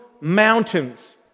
mountains